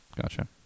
Gotcha